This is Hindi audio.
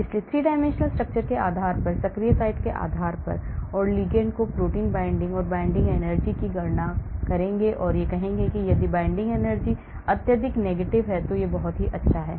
इसलिए 3 dimensional structure के आधार पर सक्रिय साइट के आधार पर मैं लिगैंड को प्रोटीन binding और binding energy की गणना करूंगा और मैं कहूंगा कि यदि binding energy अत्यधिक Negative है तो यह बहुत अच्छा है